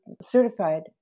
certified